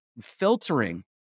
filtering